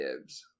Gibbs